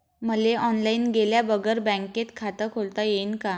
मले ऑनलाईन गेल्या बगर बँकेत खात खोलता येईन का?